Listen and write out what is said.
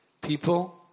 People